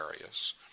areas